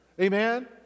Amen